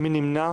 אין נמנעים,